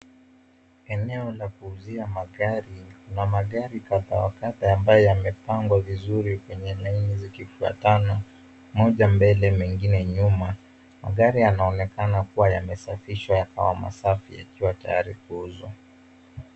Eneo la kuuzia magari. Kuna magari kadha wa kadha ambayo yamepangwa vizuri kwenye laini zikifuatana, moja mbele mengine nyuma. Magari yanaonekana kuwa yamesafishwa yakawa masafi, yakiwa tayari kuuzwa.